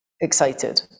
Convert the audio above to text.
excited